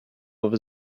over